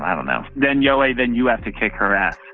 um know. then, yowei, then you have to kick her ass